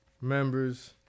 members